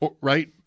right